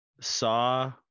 saw